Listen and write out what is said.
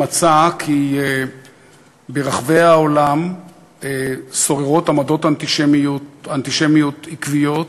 שמצא כי ברחבי העולם שוררות עמדות אנטישמיות עקביות.